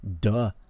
Duh